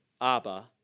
Abba